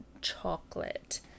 chocolate